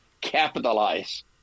capitalize